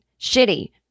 Shitty